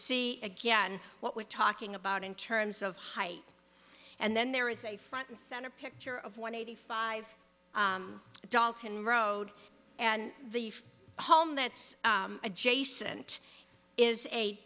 see again what we're talking about in terms of height and then there is a front and center picture of one eighty five dolphin road and the home that's adjacent is a